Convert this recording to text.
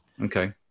Okay